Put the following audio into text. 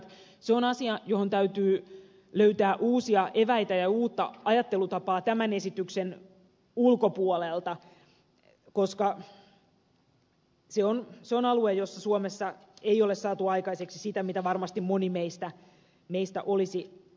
se on asia johon täytyy löytää uusia eväitä ja uutta ajattelutapaa tämän esityksen ulkopuolelta koska se on alue jolla suomessa ei ole saatu aikaiseksi sitä mitä varmasti moni meistä olisi toivonut